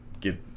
get